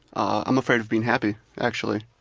i'm afraid of being happy, actually.